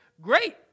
great